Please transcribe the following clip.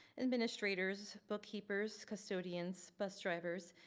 administrators, bookkeepers, custodians, bus drivers,